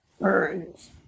burns